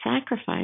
sacrifice